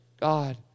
God